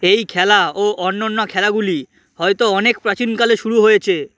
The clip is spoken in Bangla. এই খেলা ও অন্যান্য খেলাগুলি হয়তো অনেক প্রাচীনকালে শুরু হয়েছে